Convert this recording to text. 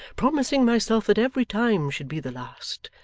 promising myself that every time should be the last,